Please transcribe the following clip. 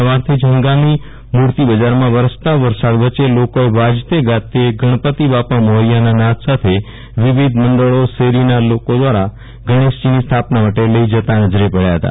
સવારથી જ હંગામી મૂર્તિ બજારમાં વરસતા વરસાદ વચ્ચે લોકોએ વાજતે ગાજતે ગણપતિ બાપા મોરિયાના નાદ સાથે વિવિધ મંડળો શેરીના લોકો દ્વારા ગણેશજીને સ્થાપન માટે નજરે પડ્યા હતા